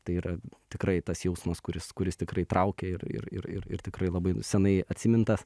tai yra tikrai tas jausmas kuris kuris tikrai traukia ir ir ir ir tikrai labai senai atsimintas